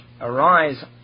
arise